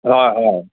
হয় হয়